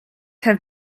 have